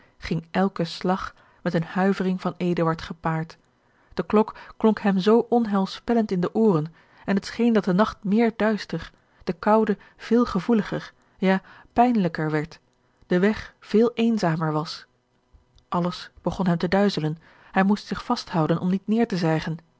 ging elke slag met eene huivering van eduard gepaard de klok klonk hem zoo onheilspellend in de ooren en het scheen dat de nacht meer duister de koude veel gevoeliger ja pijnlijker werd de weg veel eenzamer was alles begon hem te duizelen hij moest zich vast houden om niet neêr te zijgen